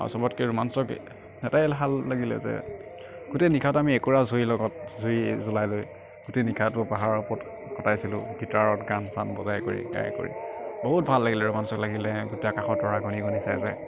আৰু চবতকে ৰোমাঞ্চৰ এটাই ভাল লাগিলে যে গোটেই নিশাটো আমি একুৰা জুইৰ লগত জুই জ্বলাই লৈ গোটেই নিশাটো পাহাৰৰ ওপৰত কটাইছিলোঁ গীটাৰত গান চান বজাই কৰি গাই কৰি বহুত ভাল লাগিল ৰোমাঞ্চৰ লাগিলে গোটেই আকাশৰ তৰা গণি গণি চাই চাই